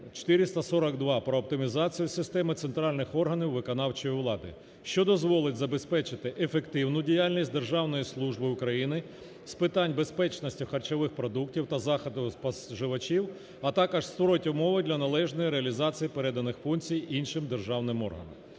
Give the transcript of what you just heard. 442 "Про оптимізацію системи центральних органів виконавчої влади", що дозволить забезпечити ефективну діяльність державної служби України з питань безпечності харчових продуктів та заходів споживачів, а також створить умови для належної реалізації переданих функцій іншим державним органам.